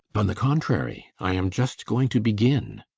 on the contrary, i am just going to begin!